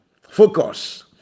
Focus